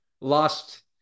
lost